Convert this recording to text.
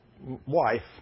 wife